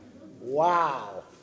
Wow